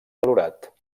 valorat